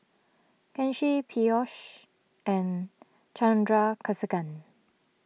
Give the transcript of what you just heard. Kanshi Peyush and Chandrasekaran